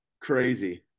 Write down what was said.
Crazy